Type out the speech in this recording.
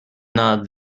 not